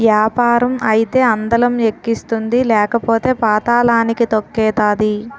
యాపారం అయితే అందలం ఎక్కిస్తుంది లేకపోతే పాతళానికి తొక్కేతాది